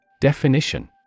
Definition